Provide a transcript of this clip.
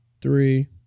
three